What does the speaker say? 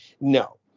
no